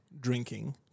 drinking